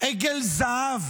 עגל זהב